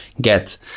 get